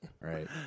Right